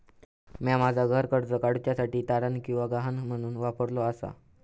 म्या माझा घर कर्ज काडुच्या साठी तारण किंवा गहाण म्हणून वापरलो आसा